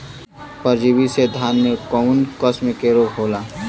परजीवी से धान में कऊन कसम के रोग होला?